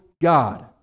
God